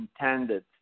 intended